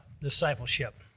discipleship